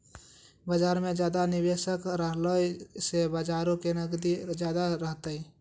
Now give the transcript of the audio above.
बजार मे ज्यादा निबेशक रहला से बजारो के नगदी ज्यादा रहतै